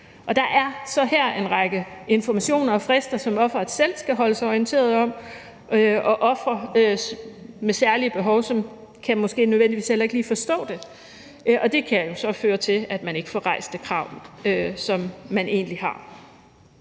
der er så her en række informationer og frister, som offeret selv skal holde sig orienteret om – ofre med særlige behov, som måske heller ikke lige kan forstå det – og det kan jo så føre til, at man ikke får rejst det krav, som man egentlig har.